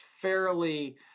fairly